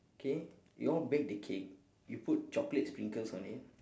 okay you all bake the cake you put chocolates sprinkles on it